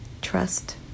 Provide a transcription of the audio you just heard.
Trust